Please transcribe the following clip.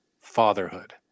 Fatherhood